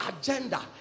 agenda